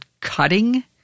cutting